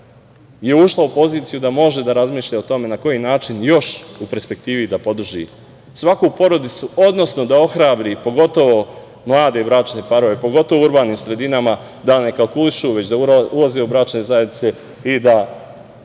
je ušla u poziciju da može da razmišlja o tome na koji način još u perspektivi da podrži svaku porodicu, odnosno da ohrabri pogotovo mlade bračne parove, pogotovo u urbanim sredinama da ne kalkulišu, već da ulaze u bračne zajednice i da